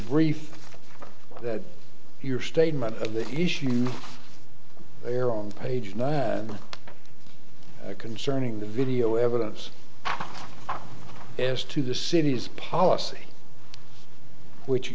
brief that your statement of the issue there on page nine concerning the video evidence as to the city's policy which